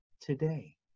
today